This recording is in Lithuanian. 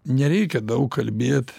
nereikia daug kalbėt